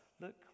Look